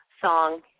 song